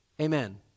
Amen